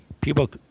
People